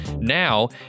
Now